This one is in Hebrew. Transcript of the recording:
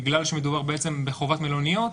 בגלל שמדובר בחובת מלוניות,